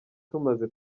tumaze